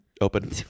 open